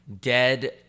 dead